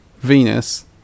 venus